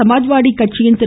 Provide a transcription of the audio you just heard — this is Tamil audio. சமாஜ் வாடி கட்சியின் திரு